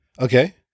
Okay